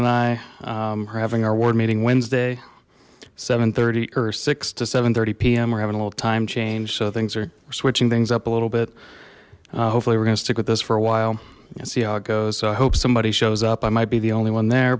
and i are having our ward meeting wednesday seven thirty or six to seven thirty p m we're having a little time change so things are switching things up a little bit hopefully we're gonna stick with this for a while and see how it goes i hope somebody shows up i might be the only one there